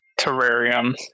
terrarium